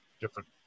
different